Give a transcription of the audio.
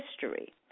history